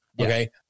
okay